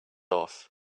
off